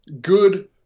good